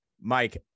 Mike